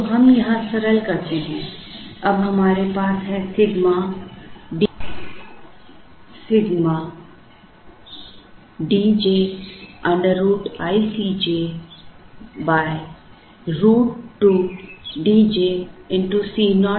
तो हम यहाँ सरल करते हैं अब हमारे पास है sigma D j √ i C j √ 2 Dj Co ƛ